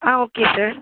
okay sir